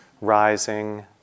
rising